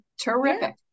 Terrific